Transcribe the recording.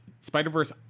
Spider-Verse